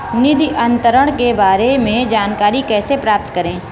निधि अंतरण के बारे में जानकारी कैसे प्राप्त करें?